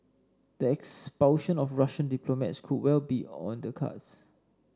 the expulsion of Russian diplomats could well be on the cards